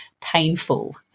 painful